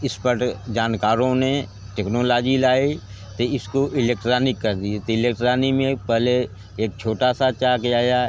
expert जानकारों ने technology लाई तो इसको इलेक्ट्रानिक कर दिए इलेक्ट्रानिक में पहले एक छोटा सा चाक आया